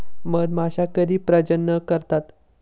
मधमाश्या कधी प्रजनन करतात?